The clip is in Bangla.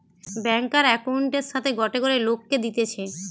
ব্যাংকার একউন্টের সাথে গটে করে লোককে দিতেছে